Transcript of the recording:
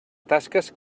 tasques